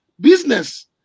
business